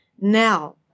Now